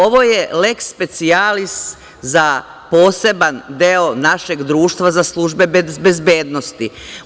Ovo je leks specijalis za poseban deo našeg društva za službe bezbednosti.